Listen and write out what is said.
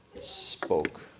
spoke